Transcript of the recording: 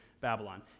Babylon